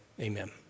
Amen